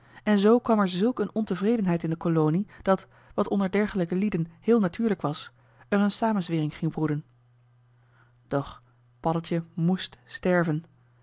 en zoo kwam er zulk een ontevredenheid in de kolonie dat wat onder dergelijke lieden heel natuurlijk was er een samenzwering ging broeden doch paddeltje moest sterven